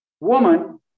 woman